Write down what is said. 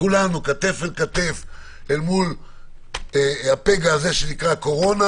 כולנו כתף אל כתף אל מול הפגע הזה שנקרא הקורונה